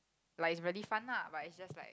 like is very fun ah but it's just like